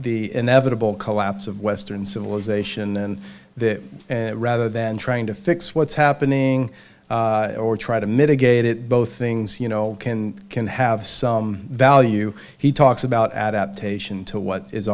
the inevitable collapse of western civilization and that rather than trying to fix what's happening or try to mitigate it both things you know can have some value he talks about adaptation to what is